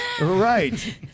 Right